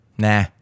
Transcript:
Nah